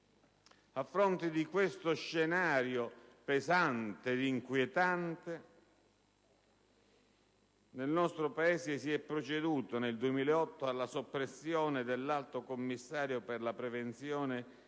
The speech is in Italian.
A fronte di questo scenario pesante ed inquietante, nel nostro Paese si è proceduto nel 2008 alla soppressione dell'Alto Commissario per la prevenzione ed